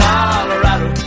Colorado